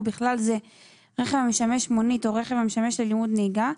ובכלל זה רכב המשמש מונית או רכב המשמש ללימוד נהיגה,